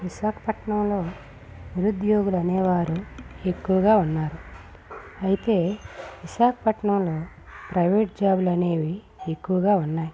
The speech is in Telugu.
విశాఖపట్నంలో నిరుద్యోగులు అనేవారు ఎక్కువగా ఉన్నారు అయితే విశాఖపట్నంలో ప్రైవేట్ జాబులు అనేవి ఎక్కువగా ఉన్నాయి